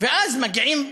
ואז מגיעים וככה,